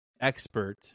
expert